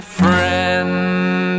friend